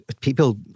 people